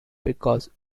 because